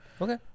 Okay